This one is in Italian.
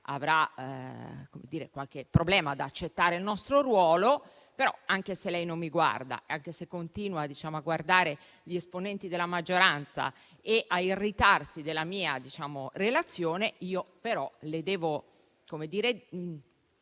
avrà qualche problema ad accettare il nostro ruolo, però, anche se lei non mi guarda e continua a guardare gli esponenti della maggioranza e a irritarsi per il mio intervento, io le devo